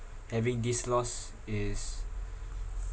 having this loss is